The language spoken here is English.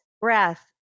breath